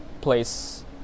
place